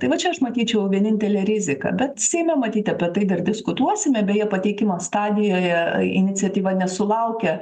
tai va čia aš matyčiau vienintelę riziką bet seime matyti apie tai dar diskutuosime beje pateikimo stadijoje iniciatyva nesulaukia